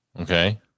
Okay